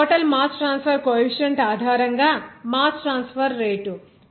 ఇప్పుడు total mass transfer coefficient ఆధారంగా mass transfer rate